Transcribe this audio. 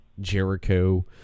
Jericho